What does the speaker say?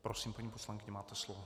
Prosím, paní poslankyně, máte slovo.